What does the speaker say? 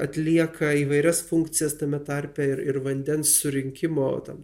atlieka įvairias funkcijas tame tarpe ir ir vandens surinkimo tam